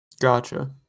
Gotcha